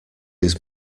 his